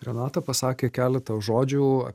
renata pasakė keletą žodžių